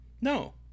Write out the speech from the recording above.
no